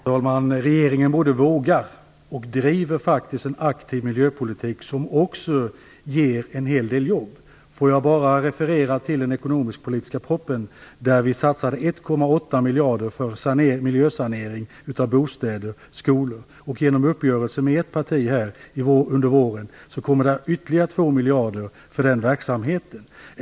Fru talman! Regeringen vågar och driver faktiskt en aktiv miljöpolitik som också ger en hel del jobb. Låt mig bara referera till den ekonomisk-politiska propositionen, där vi satsade 1,8 miljarder för miljösanering av bostäder och skolor. Genom den uppgörelse som nu har träffats med ett parti under våren tillkommer ytterligare 2 miljarder för den verksamheten.